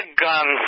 guns